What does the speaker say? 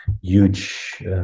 huge